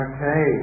Okay